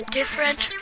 different